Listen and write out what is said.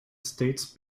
states